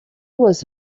was